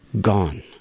gone